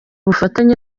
bufatanye